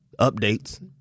updates